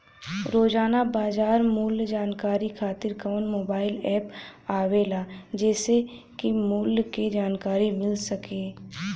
रोजाना बाजार मूल्य जानकारी खातीर कवन मोबाइल ऐप आवेला जेसे के मूल्य क जानकारी मिल सके?